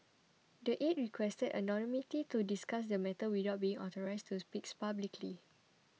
the aide requested anonymity to discuss the matter without being authorised to speak publicly